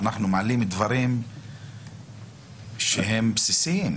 אנחנו מעלים דברים שהם בסיסיים?